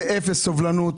באפס סובלנות.